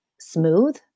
smooth